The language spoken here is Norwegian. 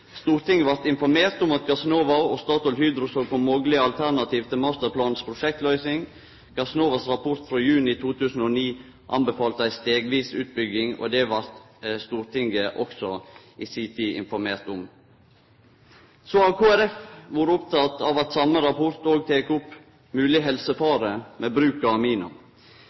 Stortinget blei informert om at Gassnova og Statoil-Hydro såg på moglege alternativ til masterplanens prosjektløysing. Gassnovas rapport frå juni 2009 anbefalte ei stegvis utbygging – og det blei Stortinget også i si tid informert om. Så har Kristeleg Folkeparti vore oppteke av at same rapport òg tek opp mogleg helsefare ved bruk av